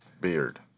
beard